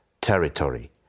territory